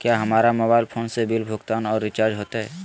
क्या हमारा mobile phone से बिल भुगतान और रिचार्ज होते?